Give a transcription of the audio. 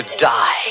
die